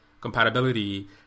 compatibility